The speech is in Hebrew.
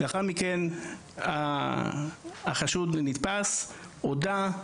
לאחר מכן החשוד נתפס, הודה.